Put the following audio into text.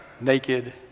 naked